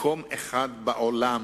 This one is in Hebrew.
מקום ראשון בעולם,